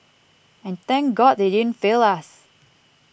and thank God they didn't fail us